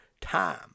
time